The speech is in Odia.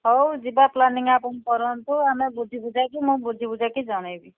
ହଉ ଯିବା ପ୍ଳାନିଂ ଆପଣ କରନ୍ତୁ ଆମେ ବୁଝିବୁଝାକି ମୁଁ ବୁଝିବୁଝାକି ଜଣାଇବି